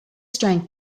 strength